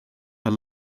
are